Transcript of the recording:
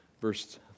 Verse